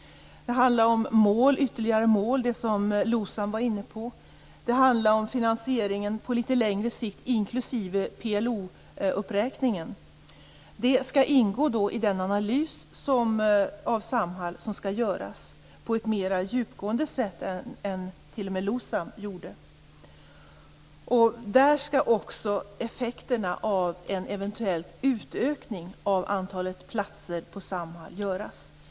Det handlar om ytterligare mål, det som LOSAM var inne på. Det handlar om finansieringen på litet längre sikt, inklusive PLO uppräkningen. Det skall ingå i den analys av Samhall som skall göras på ett mer djupgående sätt än t.o.m. LOSAM gjorde. Där skall också effekterna av en eventuell utökning av antalet platser på Samhall göras.